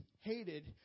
hated